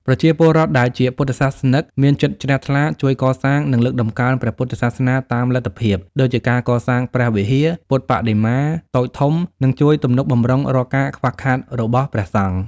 ប្រជាពលរដ្ឋដែលជាពុទ្ធសាសនិកមានចិត្តជ្រះថ្លា ជួយកសាង និងលើកតម្កើងព្រះពុទ្ធសាសនាតាមលទ្ធភាព ដូចជាការកសាងព្រះវិហារ ពុទ្ធប្បដិមាតូចធំ និងជួយទំនុកបម្រុងរាល់ការខ្វះខាតរបស់ព្រះសង្ឃ។